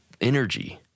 energy